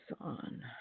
on